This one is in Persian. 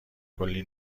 کلی